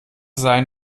sein